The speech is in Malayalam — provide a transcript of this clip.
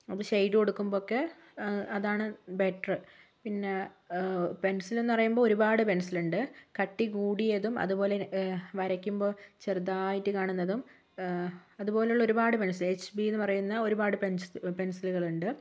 അത് ഷെയ്ഡ് കൊടുക്കുമ്പോഴൊക്കെ അതാണ് ബെറ്ററ് പിന്നെ പെൻസിലെന്ന് പറയുമ്പോൾ ഒരുപാട് പെൻസിലുണ്ട് കട്ടി കൂടിയതും അതുപോലെ വരയ്ക്കുമ്പോൾ ചെറുതായിട്ട് കാണുന്നതും അതുപോലുള്ള ഒരുപാട് പെൻസിൽ എച്ച് ബി എന്ന് പറയുന്ന ഒരുപാട് പെൻസിലുകളുണ്ട്